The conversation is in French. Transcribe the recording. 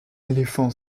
éléphant